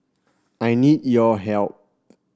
I need your help